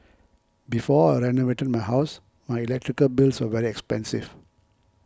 before I renovated my house my electrical bills were very expensive